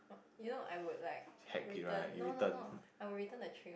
you know I would like return no no no I would return the tray